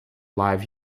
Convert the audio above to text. live